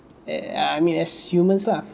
eh I I mean as humans lah